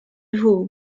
who